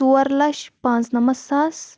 ژور لچھ پانٛژھ نَمَتھ ساس